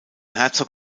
herzog